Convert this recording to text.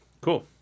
Cool